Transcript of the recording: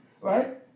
right